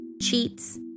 cheats